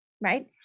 Right